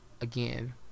again